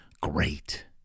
Great